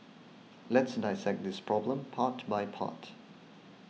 let's dissect this problem part by part